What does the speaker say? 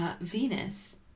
Venus